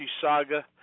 saga